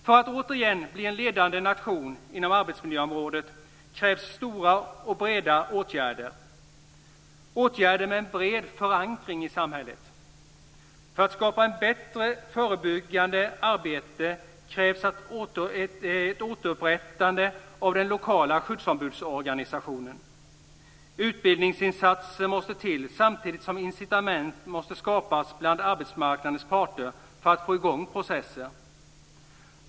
För att Sverige återigen ska bli en ledande nation inom arbetsmiljöområdet krävs stora och breda åtgärder, åtgärder med en bred förankring i samhället. För att skapa ett bättre förebyggande arbete krävs ett återupprättande av den lokala skyddsombudsorganisationen. Utbildningsinsatser måste till samtidigt som incitament måste skapas bland arbetsmarknadens parter för att få i gång processen.